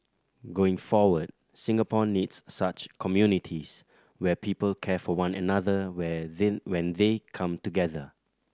going forward Singapore needs such communities where people care for one another where the when they come together